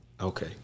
okay